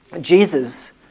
Jesus